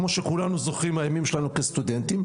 כמו שכולנו זוכרים מהימים שלנו כסטודנטים.